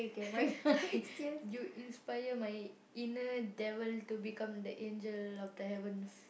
I you inspire my inner devil to become the angel of the heavens